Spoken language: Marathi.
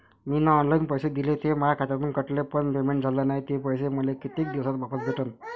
मीन ऑनलाईन पैसे दिले, ते माया खात्यातून कटले, पण पेमेंट झाल नायं, ते पैसे मले कितीक दिवसात वापस भेटन?